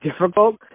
difficult